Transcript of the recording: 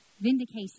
Vindication